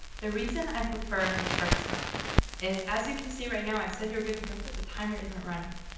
the reason i prefer the first method is, as you can see right now, i said you're good to go, but the timer isn't running.